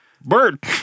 Bird